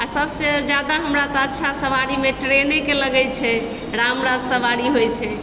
आओर सभसँ जादा तऽ हमरा अच्छा सवारीमे हमरा ट्रेनेके लगै छै रामराज सवारी होइ छै